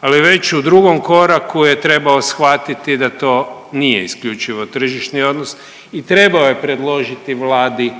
ali već u drugom koraku je trebao shvatiti da to nije isključivo tržišni odnos i trebao je predložiti vladi